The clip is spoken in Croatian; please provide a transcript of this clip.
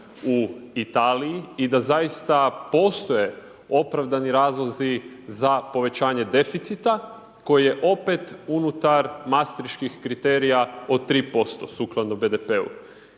u Italiji i da zaista postoje opravdani razlozi za povećanje deficita koji je opet unutar mastreških kriterija od 3% sukladno BDP-u.